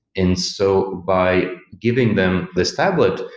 and so, by giving them this tablet,